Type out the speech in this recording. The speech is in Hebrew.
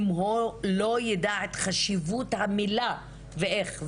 אם הוא לא יידע את חשיבות המילה ואיך.